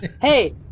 Hey